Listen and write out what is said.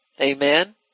Amen